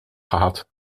gehad